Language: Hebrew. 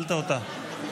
נעלת אותה?